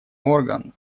орган